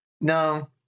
no